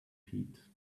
heat